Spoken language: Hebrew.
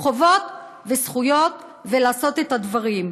חובות וזכויות, ולעשות את הדברים.